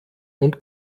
und